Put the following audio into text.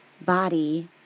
body